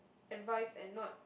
advise and not